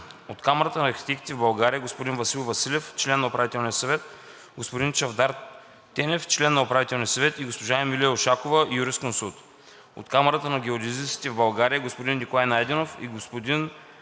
от Камарата на архитектите в България – господин Васил Василев – член на Управителния съвет, господин Чавдар Тенев –член на Управителния съвет, и госпожа Емилия Ушакова – юрисконсулт; - от Камарата на геодезистите в България – господин Николай Найденов и господин